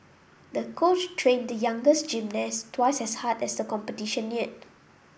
the coach trained the youngest gymnast twice as hard as the competition neared